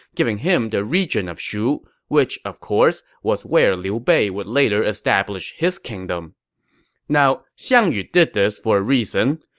giving him the region of shu, which of course was where liu bei would later establish his kingdom now, xiang yu did this for a reason.